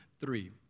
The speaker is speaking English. three